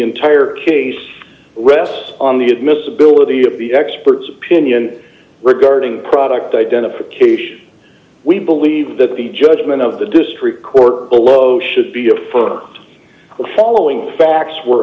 entire case rests on the admissibility of the expert's opinion regarding product identification we believe that the judgment of the district court below should be affirmed the following facts were